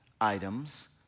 items